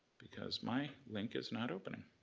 because my link is not opening.